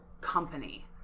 company